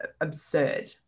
absurd